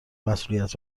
مسئولیت